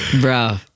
Bro